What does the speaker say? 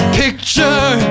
picture